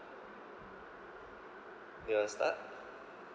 you want to start